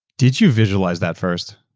did you visualize that first?